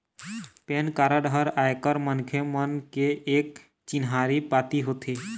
PAN card ह आयकर मनखे मन के एक चिन्हारी पाती होथे